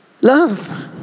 love